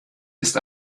ist